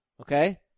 Okay